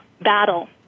battle